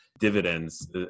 dividends